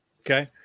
okay